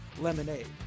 lemonade